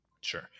Sure